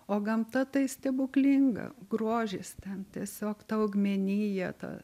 o gamta tai stebuklinga grožis ten tiesiog ta augmenija ta